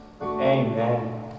Amen